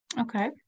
Okay